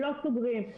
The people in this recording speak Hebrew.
לא סוגרים?